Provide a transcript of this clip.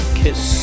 kiss